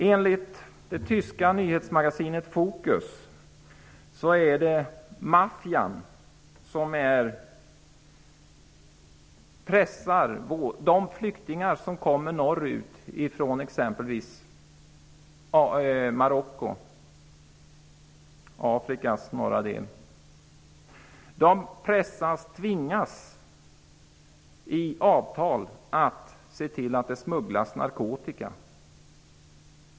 Enligt det tyska nyhetsmagasinet Fokus pressar maffian de flyktingar som söker sig norrut från exempelvis Marocko, Afrikas norra del, genom avtal att se till att det smugglas narkotika.